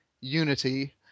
unity